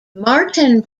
martin